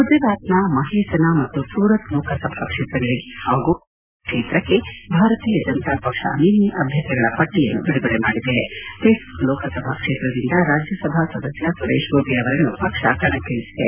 ಗುಜರಾತ್ನ ಮಹೇಸನಾ ಮತ್ತು ಸೂರತ್ ಲೋಕಸಭಾ ಕ್ಷೇತ್ರಗಳಿಗೆ ಹಾಗೂ ಕೇರಳದ ತ್ರಿಸ್ಲೂರ್ ಕ್ಷೇತಕ್ಕೆ ಭಾರತೀಯ ಜನತಾ ಪಕ್ಷ ಬಿಜೆಪಿ ನಿನ್ನೆ ಅಭ್ಯರ್ಥಿಗಳ ಪಟ್ಟಿಯನ್ನು ಬಿಡುಗಡೆ ಮಾಡಿದೆತ್ರಿಸ್ಲೂರ್ ಲೋಕಸಭಾ ಕ್ಷೇತ್ರದಿಂದ ರಾಜ್ಯಸಭಾ ಸದಸ್ಯ ಸುರೇಶ್ ಗೋಪಿ ಅವರನ್ನು ಪಕ್ಷ ಕಣಕ್ಕಿಳಿಸಿದೆ